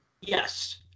Yes